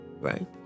right